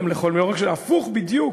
הפוך בדיוק,